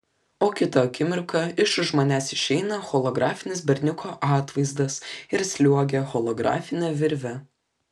o kitą akimirką iš už manęs išeina holografinis berniuko atvaizdas ir sliuogia holografine virve